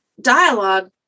dialogue